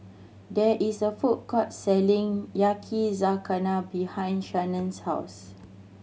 there is a food court selling Yakizakana behind Shanna's house